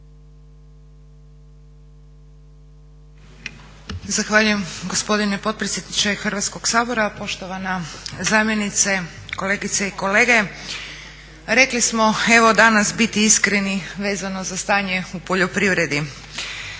Zahvaljujem gospodine potpredsjedniče Hrvatskog sabora. Poštovana zamjenice, kolegice i kolege. Rekli smo evo danas biti iskreni vezano za stanje u poljoprivredi.